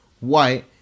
White